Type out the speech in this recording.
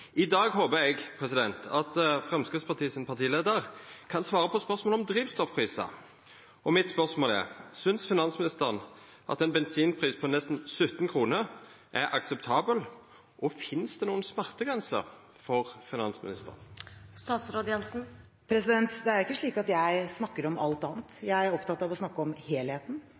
I dag håpar eg at partileiaren i Framstegspartiet kan svara på spørsmål om drivstoffprisar. Mitt spørsmål er: Synest finansministeren at ein bensinpris på nesten 17 kr er akseptabel, og finst det ei smertegrense for finansministeren? Det er ikke slik at jeg snakker om alt annet. Jeg er opptatt av å snakke om helheten,